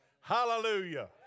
Hallelujah